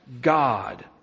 God